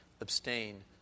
abstain